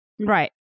Right